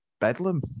bedlam